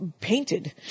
painted